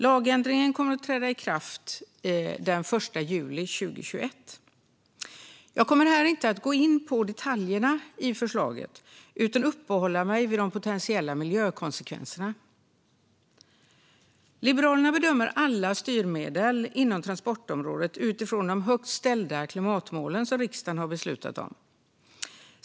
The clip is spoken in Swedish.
Lagändringen kommer att träda i kraft den l juli 2021. Jag kommer här inte att gå in på detaljerna i förslaget utan uppehålla mig vid de potentiella miljökonsekvenserna. Liberalerna bedömer alla styrmedel inom transportområdet utifrån de högt ställda klimatmål som riksdagen har beslutat om.